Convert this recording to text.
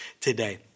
today